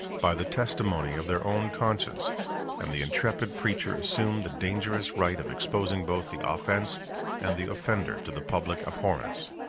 by the testimony of their own conscience and the intrepid preacher assumed the dangerous right of exposing both the offence and the offender to the public abhorrence.